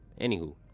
Anywho